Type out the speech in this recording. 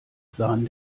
sahen